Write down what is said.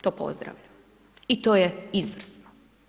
To pozdravljam i to je izvrsno.